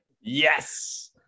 Yes